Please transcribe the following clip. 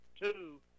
two